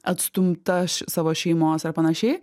atstumta iš savo šeimos ar panašiai